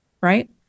Right